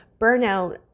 burnout